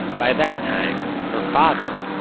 by that time, her father,